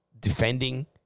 defending